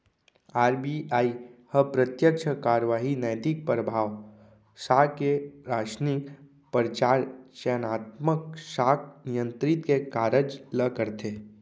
RBI ह प्रत्यक्छ कारवाही, नैतिक परभाव, साख के रासनिंग, परचार, चयनात्मक साख नियंत्रन के कारज ल करथे